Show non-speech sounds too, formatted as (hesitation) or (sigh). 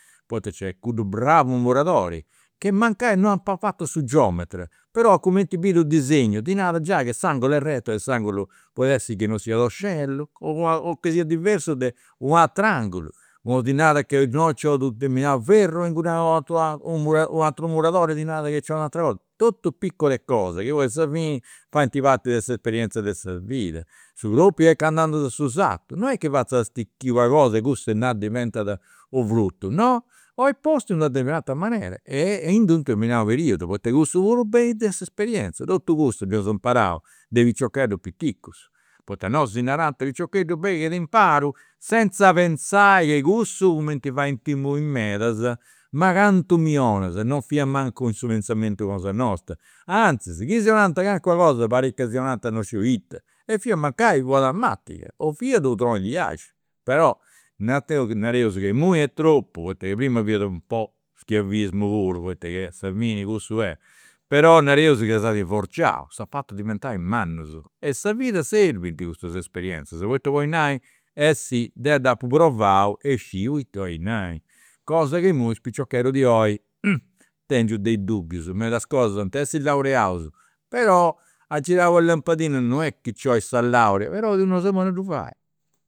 Poita nc'est cussu bravu muradori che mancai non apa fatu su geometra però cumenti biri u' disegnu ti narat giai che s'angolo è retto e s'angulu podit essi chi non siat oscellu o (hesitation) o chi siat diversu de u' ateru angulu, unu ti narat ca (unintelligible) nci 'olit u' determinatu ferru e ingudanis (hesitation) u ateru muradori ti narat ca nci 'olit u' atera cosa, totu piccole cose chi poi a sa fini faint parti de s'esperienzia de sa vida. Su propriu est candu andas a su sartu, non est chi fatzat a stichiri una cosa e cussa (unintelligible) diventat u' frutu, no, 'olit postu in d'una determinata manera e in d'unu determinau periudu poita cussu puru benit de s'esperienzia, totu cussu dd'eus imparau de piciocheddus piticus, poita nosu si narant, piciocheddu beni chi t'imparu, senza penzai a cussu cumenti faint imui medas, ma cantu mi 'onas, non fia mancu in su pentzamentu cosa nostra, anzis chi si (unintelligible) calincuna cosa pariat chi si 'onant non sciu ita. E fia mancai una tamatiga, o fiat u' troni de axia. Però nau deu, nareus ca imui est tropu, poita prima fiat un pò schiavismo puru poita che a sa fini cussu est, però nareus chi s'at forgiau, s'at fatu diventai mannus e sa vida serbint custas esperienzias poita podis nai, e sì deu dd'apu provau e sciu ita 'olit nai. Cosa chi imui is piciocheddus di oi (noise) tengiu dei dubbius, medas cosa ant essi laureaus però a girai una lampadina non est chi nci 'olit sa laurea, però non s'est bonu a ddu fai